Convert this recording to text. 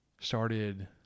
Started